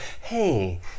Hey